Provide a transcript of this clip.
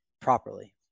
properly